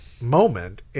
moment